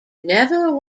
never